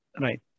Right